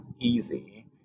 easy